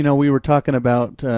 you know we were talking about